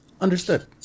Understood